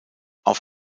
auf